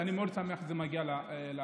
ואני מאוד שמח שזה מגיע להצבעה.